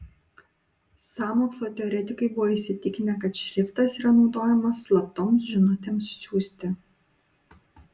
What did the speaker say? sąmokslo teoretikai buvo įsitikinę kad šriftas yra naudojamas slaptoms žinutėms siųsti